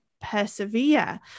persevere